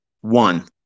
One